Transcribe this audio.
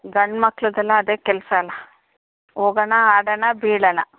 ಗಂಡುಮಕ್ಳದ್ದೆಲ್ಲ ಅದೇ ಕೆಲಸ ಅಲ್ವ ಹೋಗಣ ಆಡೋಣ ಬೀಳೋಣ